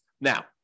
Now